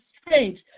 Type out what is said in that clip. strange